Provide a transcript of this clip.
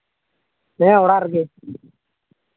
ᱦᱮᱸ ᱚᱲᱟᱜ ᱨᱮᱜᱮ